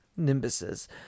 Nimbuses